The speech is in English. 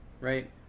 Right